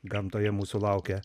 gamtoje mūsų laukia